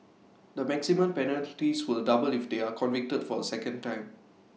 the maximum penalties will double if they are convicted for A second time